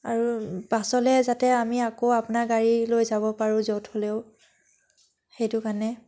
আৰু পাছলৈ যাতে আমি আকৌ আপোনাৰ গাড়ী লৈ যাব পাৰোঁ য'ত হ'লেও সেইটো কাৰণে